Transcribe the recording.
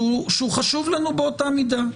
שחשוב לנו באותה מידה.